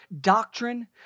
doctrine